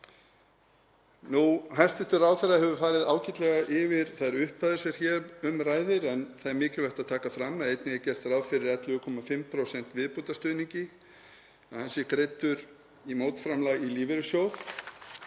Hæstv. ráðherra hefur farið ágætlega yfir þær upphæðir sem hér um ræðir en það er mikilvægt að taka fram að einnig er gert ráð fyrir 11,5% viðbótarstuðningi, að hann sé greiddur í mótframlag í lífeyrissjóð,